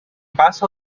passa